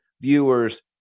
viewers